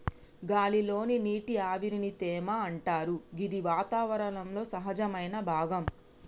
గాలి లోని నీటి ఆవిరిని తేమ అంటరు గిది వాతావరణంలో సహజమైన భాగం